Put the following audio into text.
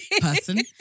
Person